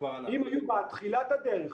אם בתחילת הדרך,